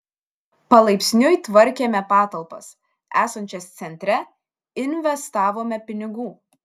palaipsniui tvarkėme patalpas esančias centre investavome pinigų